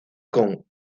con